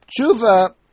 Tshuva